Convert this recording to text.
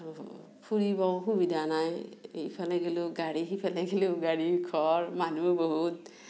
আৰু ফুৰিব সুবিধা নাই ইফালে গ'লেও গাড়ী সিফালে গ'লেও গাড়ী ঘৰ মানুহ বহুত